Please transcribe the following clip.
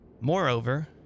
Moreover